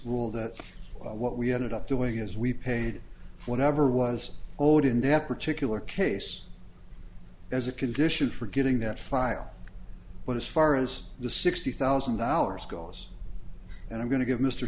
ruled that what we ended up doing is we paid whatever was owed in that particular case as a condition for getting that file but as far as the sixty thousand dollars goes and i'm going to give mr